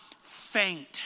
faint